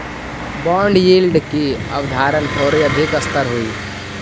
bond yield की अवधारणा थोड़ी अधिक स्तर हई